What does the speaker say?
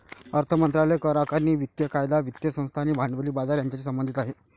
अर्थ मंत्रालय करआकारणी, वित्तीय कायदा, वित्तीय संस्था आणि भांडवली बाजार यांच्याशी संबंधित आहे